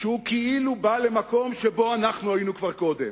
שהוא כאילו בא למקום שבו אנחנו היינו כבר קודם,